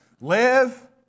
live